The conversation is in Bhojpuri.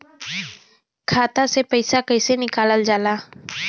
खाता से पैसा कइसे निकालल जाला?